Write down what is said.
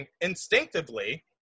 instinctively